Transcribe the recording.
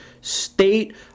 State